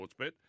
Sportsbet